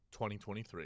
2023